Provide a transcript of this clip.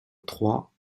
trois